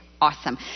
awesome